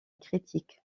critique